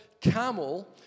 camel